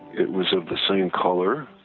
it was of the same color,